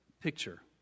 picture